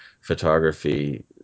photography